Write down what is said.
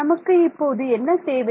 நமக்கு இப்போது என்ன தேவை